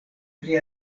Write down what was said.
pri